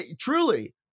truly